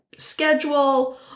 schedule